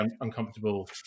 uncomfortable